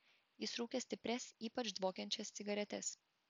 jis rūkė stiprias ypač dvokiančias cigaretes